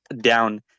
down